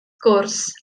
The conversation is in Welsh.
gwrs